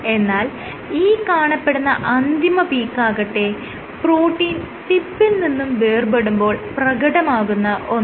എന്നാൽ ഈ കാണപ്പെടുന്ന അന്തിമ പീക്കാകട്ടെ പ്രോട്ടീൻ ടിപ്പിൽ നിന്നും വേർപെടുമ്പോൾ പ്രകടമാകുന്ന ഒന്നാണ്